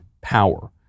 power